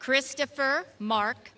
christopher mark